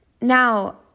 Now